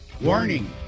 Warning